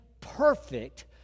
perfect